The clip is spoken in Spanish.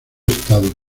estado